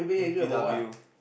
P_W